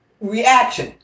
reaction